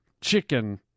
chicken